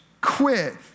quit